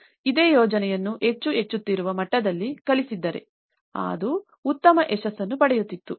ಆದ್ದರಿಂದ ಇದೇ ಯೋಜನೆಯನ್ನು ಹೆಚ್ಚು ಹೆಚ್ಚುತ್ತಿರುವ ಮಟ್ಟದಲ್ಲಿ ಕಲಿಸಿದ್ದರೆ ಅದು ಉತ್ತಮ ಯಶಸ್ಸನ್ನು ಪಡೆಯುತ್ತಿತ್ತು